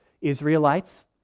Israelites